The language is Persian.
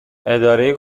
اداره